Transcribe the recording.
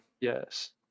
Yes